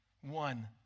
One